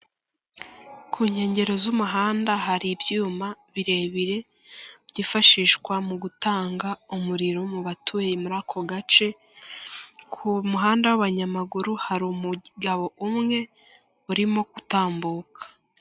Ku nkengero z'umuhanda hari ibyuma birebire byifashishwa mu gutanga umuriro mu batuye muri ako gace, ku muhanda w'abanyamaguru hari umugabo umwe urimo gutambuka.